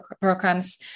programs